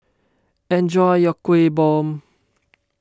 enjoy your Kuih Bom